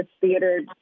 theater